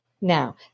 now